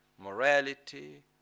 morality